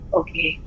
okay